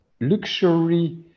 luxury